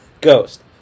Ghost